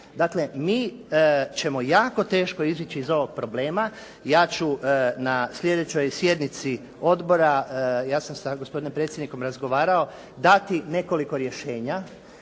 Dakle, mi ćemo jako teško izići iz ovog problema. Ja ću na sljedećoj sjednici odbora, ja sam sa gospodinom predsjednikom razgovarao dati nekoliko rješenja